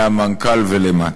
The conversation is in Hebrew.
מהמנכ"ל ולמטה.